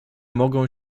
mogą